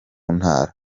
ntara